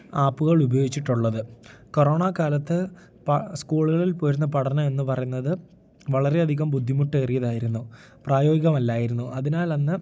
ആപ്പുകൾ ഉപയോഗിച്ചിട്ടുള്ളത് കൊറോണാ കാലത്ത് പ സ്കൂളുകളിൽ പോയിരുന്ന പഠനം എന്ന് പറയുന്നത് വളരെ അധികം ബുദ്ധിമുട്ടേറിയത് ആയിരുന്നു പ്രായോഗികമല്ലായിരുന്നു അതിനാൽ അന്ന്